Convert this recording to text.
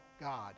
god